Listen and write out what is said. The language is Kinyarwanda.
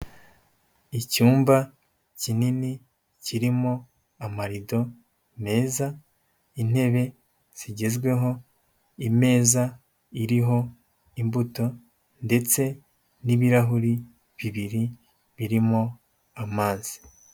Icyumba kinini kirimo amarido meza, intebe zigezweho, imeza iriho imbuto, ndetse n'ibirahuri bibiri birimo amazi.